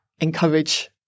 encourage